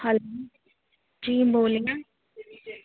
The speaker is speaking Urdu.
ہلو جی بولیے